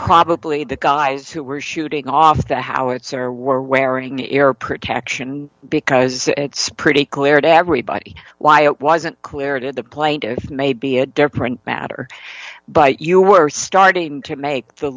probably the guys who were shooting off the howitzer were wearing ear protection because it's pretty clear to everybody why it wasn't clear to the plaintiff may be a different matter but you were starting to make the